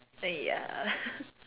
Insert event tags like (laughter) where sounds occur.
uh ya (laughs)